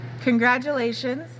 Congratulations